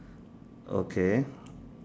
okay